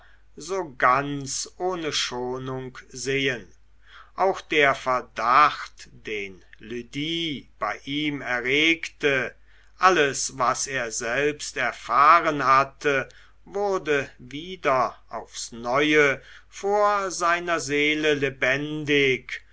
so ganz ohne schonung sehen auch der verdacht den lydie bei ihm erregt alles was er selbst erfahren hatte wurde wieder aufs neue vor seiner seele lebendig